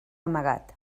amagat